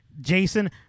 Jason